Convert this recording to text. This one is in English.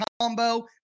combo